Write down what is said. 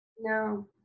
No